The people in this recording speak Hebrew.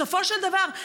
בסופו של דבר,